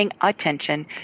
attention